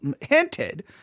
hinted